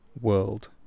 world